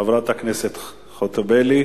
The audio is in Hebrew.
חברת הכנסת חוטובלי.